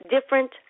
different